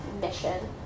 mission